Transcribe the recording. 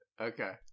Okay